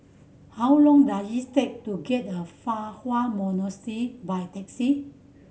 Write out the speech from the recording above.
how long does take to get the Fa Hua Monastery by taxi